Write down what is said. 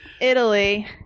Italy